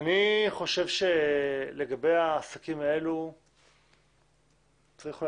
אני חושב שלגבי העסקים האלה צריך אולי